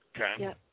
Okay